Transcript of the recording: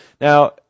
Now